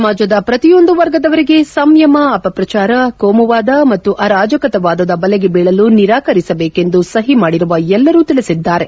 ಸಮಾಜದ ಪ್ರತಿಯೊಂದು ವರ್ಗದವರಿಗೆ ಸಂಯಮ ಅಪಪ್ರಚಾರ ಕೋಮುವಾದ ಮತ್ತು ಅರಾಜಕತಾವಾದದ ಬಲೆಗೆ ಬೀಳಲು ನಿರಾಕರಿಸಬೇಕೆಂದು ಸಹಿ ಮಾಡಿರುವ ಎಲ್ಲರೂ ತಿಳಿಸಿದ್ದಾರೆ